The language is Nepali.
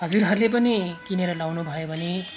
हजुरहरूले पनि किनेर लगाउनुभयो भने